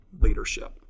leadership